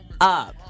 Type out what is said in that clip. up